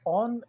on